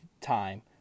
time